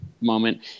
moment